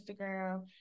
Instagram